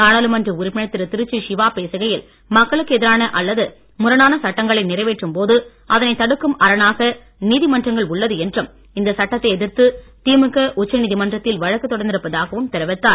நாடாளுமன்ற உறுப்பினர் திரு திருச்சி சிவா பேசுகையில் மக்களுக்கு நிறைவேற்றும்போது அதனை தடுக்கும் அரணாக நீதிமன்றங்கள் உள்ளது என்றும் இந்த சட்டத்தை எதிர்த்து திமுக உச்சநீதிமன்றத்தில் வழக்கு தொடர்ந்திருப்பதாகவும் தெரிவித்தார்